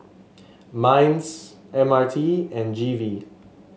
Minds M R T and G V